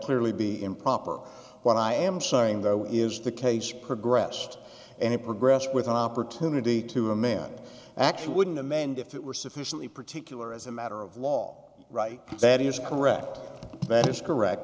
clearly be improper when i am sorry and though it is the case progressed and it progressed with an opportunity to a man actual wouldn't amend if it were sufficiently particular as a matter of law right that is correct that is correct